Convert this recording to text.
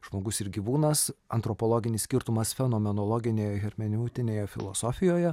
žmogus ir gyvūnas antropologinis skirtumas fenomenologinųje hermeneutinėje filosofijoje